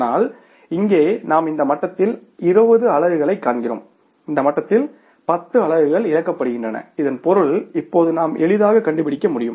ஆனால் இங்கே நாம் இந்த மட்டத்தில் 20 அலகுகளைக் காண்கிறோம் இந்த மட்டத்தில் 10 அலகுகள் இழக்கப்படுகின்றன இதன் பொருள் இப்போது நாம் எளிதாக கண்டுபிடிக்க முடியும்